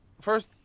first